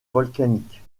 volcanique